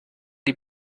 die